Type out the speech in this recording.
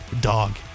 Dog